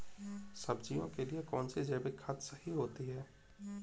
सब्जियों के लिए कौन सी जैविक खाद सही होती है?